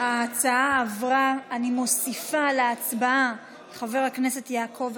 ההצעה להעביר את הצעת חוק פנייה לגופים